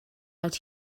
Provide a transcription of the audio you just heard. out